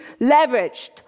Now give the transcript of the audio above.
leveraged